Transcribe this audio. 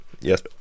Yes